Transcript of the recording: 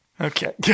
Okay